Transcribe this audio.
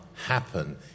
happen